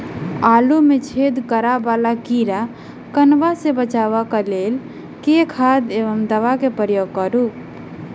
आलु मे छेद करा वला कीड़ा कन्वा सँ बचाब केँ लेल केँ खाद वा दवा केँ प्रयोग करू?